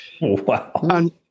wow